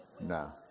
No